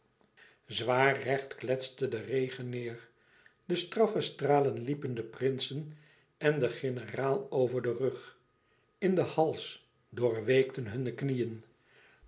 zwaar recht kletste de regen neêr de straffe stralen liepen den prinsen en den generaal over den rug in den hals doorweekten hunne knieën